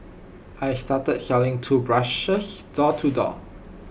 I started selling toothbrushes door to door